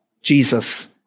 Jesus